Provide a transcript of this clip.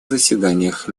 заседаниях